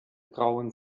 grauen